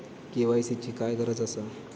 KYC ची काय गरज आसा?